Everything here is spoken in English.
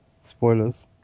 Spoilers